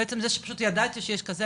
בעצם זה שפשוט ידעתי שיש כזה,